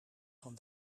van